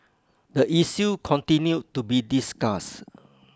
the issue continued to be discussed